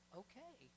okay